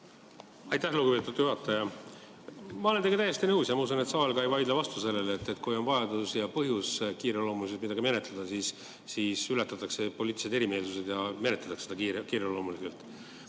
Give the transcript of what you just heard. Aitäh, lugupeetud juhataja! Ma olen teiega täiesti nõus ja ma usun, et saal ei vaidle ka vastu sellele, et kui on vajadus ja põhjus kiireloomuliselt midagi menetleda, siis ületatakse poliitilised erimeelsused ja menetletakse seda kiireloomuliselt.